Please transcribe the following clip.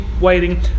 waiting